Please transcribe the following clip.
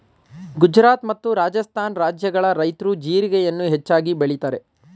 ಗುಜರಾತ್ ಮತ್ತು ರಾಜಸ್ಥಾನ ರಾಜ್ಯಗಳ ರೈತ್ರು ಜೀರಿಗೆಯನ್ನು ಹೆಚ್ಚಾಗಿ ಬೆಳಿತರೆ